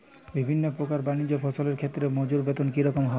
বিভিন্ন প্রকার বানিজ্য ফসলের ক্ষেত্রে মজুর বেতন কী রকম হয়?